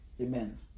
Amen